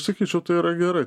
sakyčiau tai yra gerai